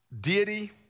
Deity